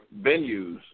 venues